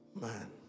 man